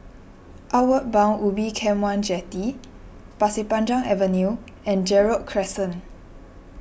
Outward Bound Ubin Camp one Jetty Pasir Panjang Avenue and Gerald Crescent